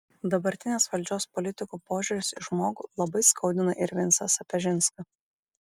dabartinės valdžios politikų požiūris į žmogų labai skaudina ir vincą sapežinską